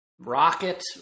rocket